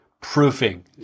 proofing